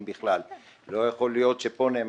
נראה לי כל כך טריוויאלי מה שאתה אומר,